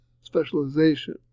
specialization